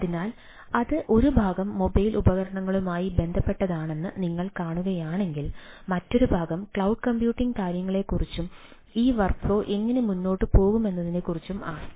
അതിനാൽ അത് ഒരു ഭാഗം മൊബൈൽ ഉപകരണങ്ങളുമായി ബന്ധപ്പെട്ടതാണെന്ന് നിങ്ങൾ കാണുകയാണെങ്കിൽ മറ്റൊരു ഭാഗം ക്ലൌഡ് കമ്പ്യൂട്ടിംഗ് കാര്യങ്ങളെക്കുറിച്ചും ഈ വർക്ക്ഫ്ലോ എങ്ങനെ മുന്നോട്ട് പോകുമെന്നതിനെക്കുറിച്ചും ആണ്